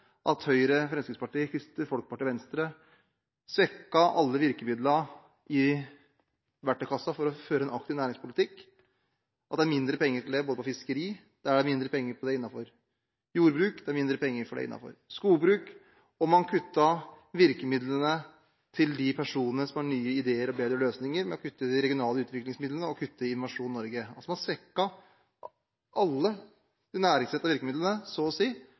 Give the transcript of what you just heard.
at Høyre, Fremskrittspartiet, Kristelig Folkeparti og Venstre svekket alle virkemidlene i verktøykassen for å føre en aktiv næringspolitikk, og at det er mindre penger til det innenfor fiskeri, jordbruk og skogbruk. Man kuttet virkemidlene til de personene som har nye ideer og bedre løsninger, ved å kutte i de regionale utviklingsmidlene og i Innovasjon Norge. Man har svekket så å si